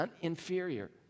inferior